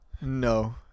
No